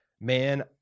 Man